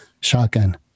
shotgun